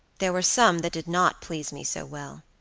there were some that did not please me so well.